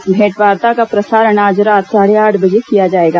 इस भेंट वार्ता का प्रसारण आज रात साढ़े आठ बजे किया जाएगा